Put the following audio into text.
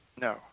No